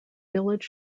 village